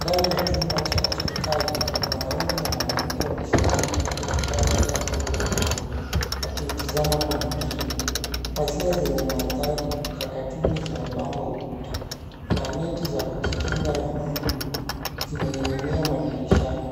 Ndani ya chumba cha hospitali, wanaume na mwanamke wamesimama katika kitanda cha mtoto mgonjwa wakimtizama kwa makini. Pazia zenye mandhari ya katuni zimepamba ukuta na neti za kujikinga na mbu zimening'ing'inia madirishani.